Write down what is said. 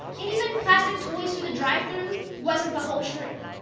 and even plastic toys through the drive-through, wasn't the whole truth.